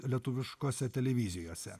lietuviškose televizijose